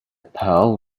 pearl